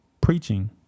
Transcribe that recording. preaching